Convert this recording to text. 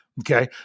Okay